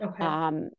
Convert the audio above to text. Okay